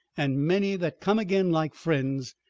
and many that come again like friends,